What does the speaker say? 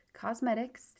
Cosmetics